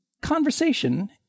conversation